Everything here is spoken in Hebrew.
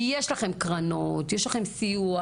כי יש לכם קרנות, יש לכם סיוע.